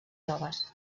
joves